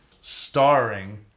Starring